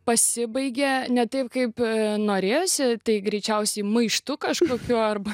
pasibaigia ne taip kaip norėjosi tai greičiausiai maištu kažkokių arba